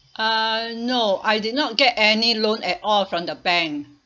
uh no I did not get any loan at all from the bank